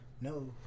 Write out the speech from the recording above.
No